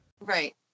right